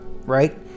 right